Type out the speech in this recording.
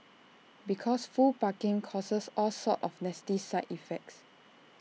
because full parking causes all sorts of nasty side effects